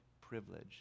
privilege